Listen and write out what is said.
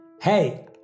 Hey